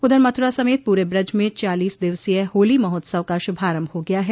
उधर मथुरा समेत पूरे ब्रज में चालीस दिवसीय होली महोत्सव का शुभारम्भ हो गया है